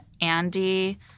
Andy